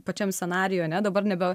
pačiam scenarijui ane dabar nebe